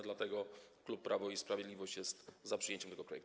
Dlatego klub Prawo i Sprawiedliwość jest za przyjęciem tego projektu.